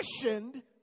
commissioned